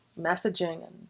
messaging